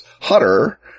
Hutter